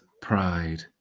pride